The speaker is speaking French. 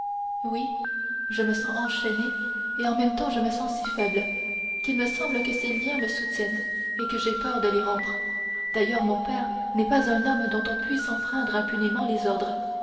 oui je me sens enchaînée et en même temps je me sens si faible qu'il me semble que ces liens me soutiennent et que j'ai peur de les rompre d'ailleurs mon père n'est pas un homme dont on puisse enfreindre impunément les ordres